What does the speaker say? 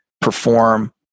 perform